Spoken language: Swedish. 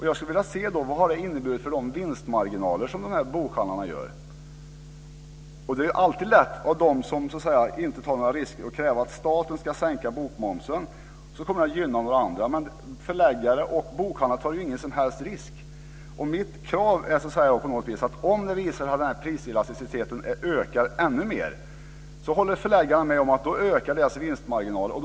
Jag skulle vilja se vad detta har inneburit för de vinstmarginaler som bokhandlarna har. Det är alltid lätt för dem som inte tar några risker att kräva att staten ska sänka bokmomsen, och så kommer det att gynna några andra. Men förläggare och bokhandlare tar ju ingen som helst risk. Om nu den här priselasticiteten ökar ännu ökar förläggarnas vinstmarginal; det håller de med om.